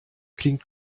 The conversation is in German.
klingt